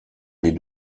les